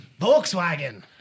Volkswagen